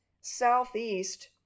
southeast